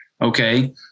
okay